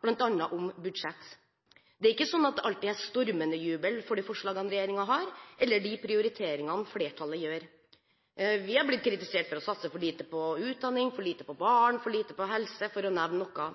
bl.a. om budsjett. Det er ikke slik at det alltid er stormende jubel over de forslagene regjeringen har, eller de prioriteringene flertallet gjør. Vi har blitt kritisert for å satse for lite på utdanning, for lite på barn, for lite på helse, for å nevne noe.